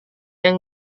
yang